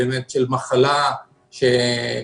של מחלה שמתרחבת